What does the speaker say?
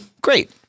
great